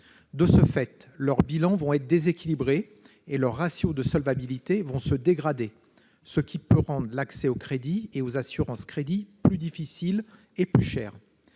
De ce fait, leurs bilans vont être déséquilibrés et leurs ratios de solvabilité vont se dégrader, ce qui peut rendre l'accès au crédit et aux assurances crédit plus difficile et plus cher.